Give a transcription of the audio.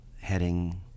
heading